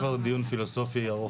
זה כבר דיון פילוסופי ארוך.